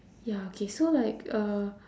ya okay so like uh